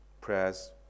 Prayers